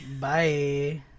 Bye